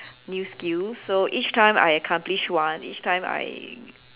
new skills so each time I accomplished one each time I